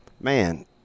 man